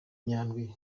nyandwi